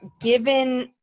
given